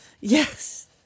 Yes